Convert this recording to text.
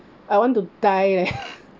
I want to die leh